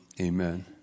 Amen